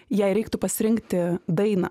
jei reiktų pasirinkti dainą